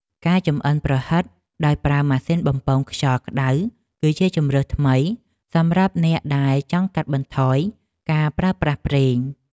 ការចម្អិនប្រហិតដោយប្រើម៉ាស៊ីនបំពងខ្យល់ក្តៅគឺជាជម្រើសថ្មីសម្រាប់អ្នកដែលចង់កាត់បន្ថយការប្រើប្រាស់ប្រេង។